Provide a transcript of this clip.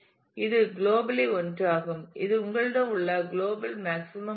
இது உலகளாவிய ஒன்றாகும் இது உங்களிடம் உள்ள குளோபல் மேக்ஸிமம் ஆகும்